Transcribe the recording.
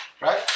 right